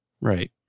Right